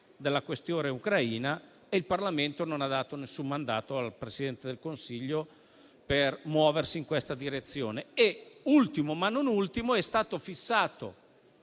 della questione ucraina, ma il Parlamento non ha dato alcun mandato al Presidente del Consiglio per muoversi in questa direzione. Infine, ma non meno importante, è stata fissata